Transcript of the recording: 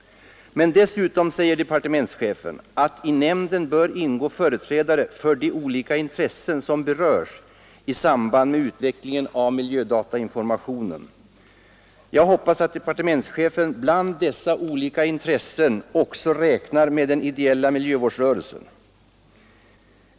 Dessutom säger departementschefen, att i nämnden bör ingå företrädare för de olika intressen som berörs i samband med utvecklingen av miljödatainformationen. Jag hoppas att departementschefen till dessa olika intressen räknar den ideella miljövårdsrörelsen.